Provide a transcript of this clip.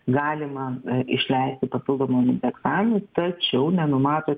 galima išleisti papildomam indeksavimui tačiau nenumato